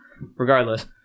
regardless